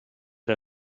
der